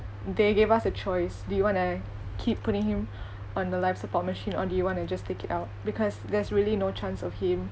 they gave us a choice do you wanna keep putting him on the life support machine or do you want to just take it out because there's really no chance of him